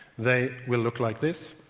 they will look like this,